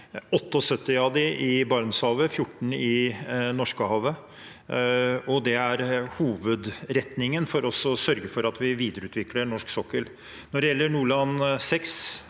78 av dem i Barentshavet, 14 i Norskehavet – og hovedretningen for oss er å sørge for at vi videreutvikler norsk sokkel. Når det gjelder Nordland 6,